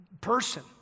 person